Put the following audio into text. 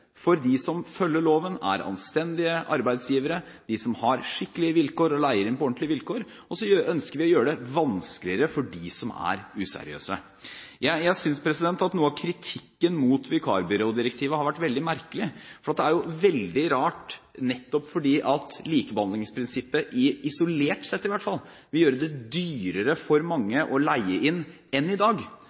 for dem som følger loven, dem som er anstendige arbeidsgivere, og dem som har skikkelige vilkår og leier inn på ordentlige vilkår, og så ønsker vi å gjøre det vanskeligere for dem som er useriøse. Jeg synes at noe av kritikken mot vikarbyrådirektivet har vært veldig merkelig. Det er veldig rart, nettopp fordi likebehandlingsprinsippet, isolert sett i hvert fall, vil gjøre det dyrere for mange å leie inn enn i dag.